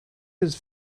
his